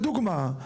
לדוגמה,